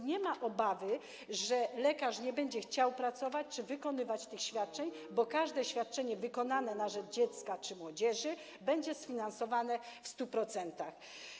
Nie ma obawy, że lekarz nie będzie chciał pracować czy wykonywać tych świadczeń, bo każde świadczenie wykonane na rzecz dziecka czy młodzieży będzie sfinansowane w 100%.